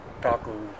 taco